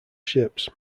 ships